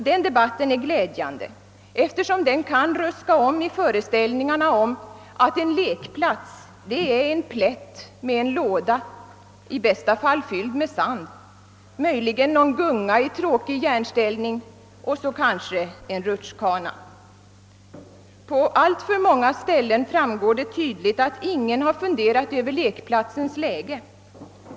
Denna debatt är glädjande, eftersom den kan ruska om föreställningen att en lekplats skall vara en plätt med en låda — i bästa fall med litet sand — och möjligen någon gunga i tråkig järnställning och kanske en rutschbana. På alltför många ställen framgår det tydligt att ingen funderat över lekplatsens läge.